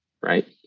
right